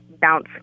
bounce